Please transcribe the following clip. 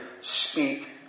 speak